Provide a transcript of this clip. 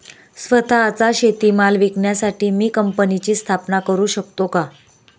स्वत:चा शेतीमाल विकण्यासाठी मी कंपनीची स्थापना करु शकतो का?